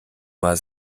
mal